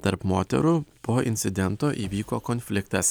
tarp moterų po incidento įvyko konfliktas